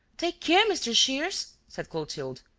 take care, mr. shears, said clotilde.